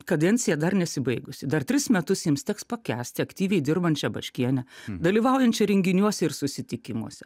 kadencija dar nesibaigusi dar tris metus jiems teks pakęsti aktyviai dirbančią baškienę dalyvaujančią renginiuose ir susitikimuose